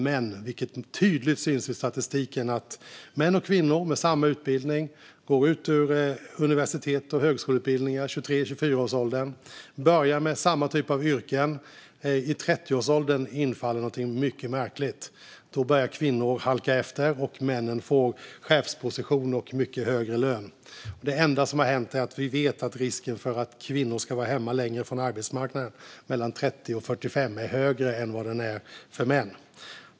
Det syns tydligt i statistiken att män och kvinnor med samma utbildning går ut universitets och högskoleutbildningar i 23-24-årsåldern och börjar med samma typ av yrken, men i 30-årsåldern inträffar någonting mycket märkligt. Då börjar kvinnor halka efter, och männen får chefspositioner och mycket högre löner. Det enda som då har hänt är att vi vet att risken för att kvinnor ska vara hemma längre från arbetsmarknaden mellan åldrarna 30 och 45 år är högre än vad den är för män.